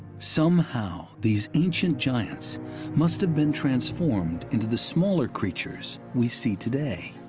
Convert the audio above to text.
somehow these ancient giants must have been transformed into the smaller creatures we see today.